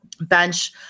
Bench